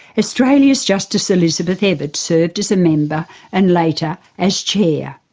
australia's justice elizabeth evatt served as a member and later, as chair.